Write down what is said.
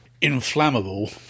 Inflammable